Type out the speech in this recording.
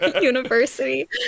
university